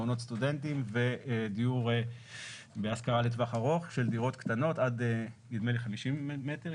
מעונות סטודנטים ודיור בהשכרה לטווח ארוך של דירות קטנות עד 50 מטר.